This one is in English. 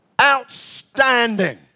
Outstanding